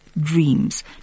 dreams